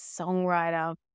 songwriter